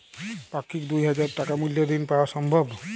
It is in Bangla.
পাক্ষিক দুই হাজার টাকা মূল্যের ঋণ পাওয়া সম্ভব?